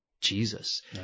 Jesus